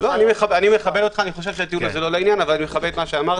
אני חושב שהטיעון הזה לא לעניין אבל אני מכבד מה שאמרת.